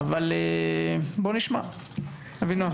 אבינועם.